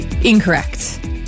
Incorrect